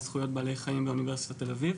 זכויות בעלי חיים באוניברסיטת תל-אביב.